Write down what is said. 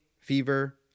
fever